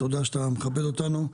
תודה שאתה מכבד אותנו.